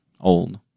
old